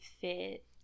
fit